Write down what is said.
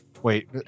Wait